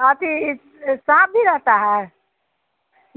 आती इस इस साँप भी रहता है